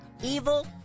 evil